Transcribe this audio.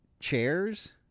chairs